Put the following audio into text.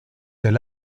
del